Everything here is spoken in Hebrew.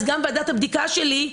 אז גם ועדת הבדיקה שלי,